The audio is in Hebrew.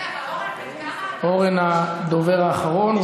אורן הדובר האחרון,